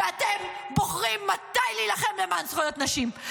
ואתם בוחרים מתי להילחם למען זכויות נשים,